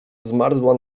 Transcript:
zmarzła